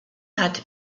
hat